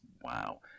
Wow